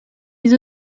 les